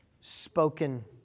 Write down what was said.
spoken